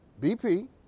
BP